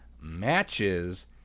matches